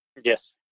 Yes